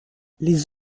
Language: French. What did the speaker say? les